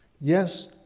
Yes